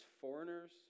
foreigners